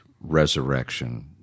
resurrection